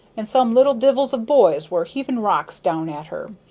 and some little divils of boys were heaving rocks down at her.